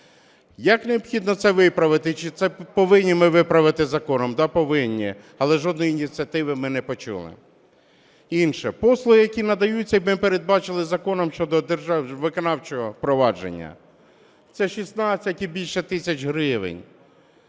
Як необхідно це виправити, чи це повинні ми виправити законом? Да, повинні, але жодної ініціативи ми не почули. Інше. Послуги, які надаються, і ми передбачили законом щодо виконавчого провадження – це 16 і більше тисяч гривень.